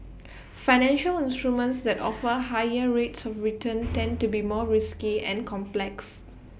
financial instruments that offer higher rates of return tend to be more risky and complex